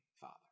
Father